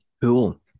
Cool